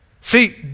See